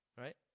Right